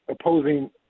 opposing